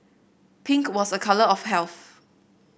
pink was a colour of health